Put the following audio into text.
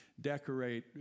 decorate